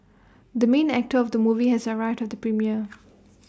the main actor of the movie has arrived at the premiere